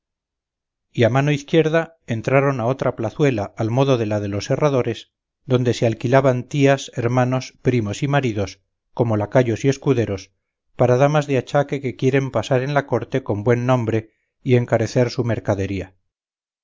a mano izquierda entraron a otra plazuela al modo de la de los herradores donde se alquilaban tías hermanos primos y maridos como lacayos y escuderos para damas de achaque que quieren pasar en la corte con buen nombre y encarecer su mercadería